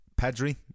Pedri